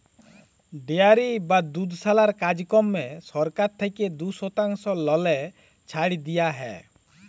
dairy বা দুধশালার কাজকম্মে সরকার থ্যাইকে দু শতাংশ ললে ছাড় দিয়া হ্যয়